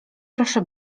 proszę